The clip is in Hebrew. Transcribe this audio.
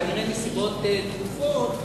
כנראה מסיבות דחופות,